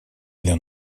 для